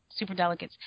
superdelegates